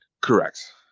Correct